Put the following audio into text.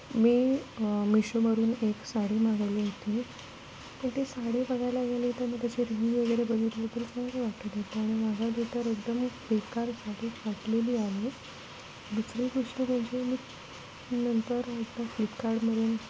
मी मिशोवरून एक साडी मागवली होती तर ते साडी बघायला गेली तर मी त्याची रिव्ह्यू वगैरे बघितली होती काही वाटत होतं आणि मागवली तर एकदम फाटलेली आहे दुसरी गोष्ट म्हणजे मी नंतर एकदा फ्लिपकार्डमधून